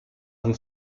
and